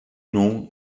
nom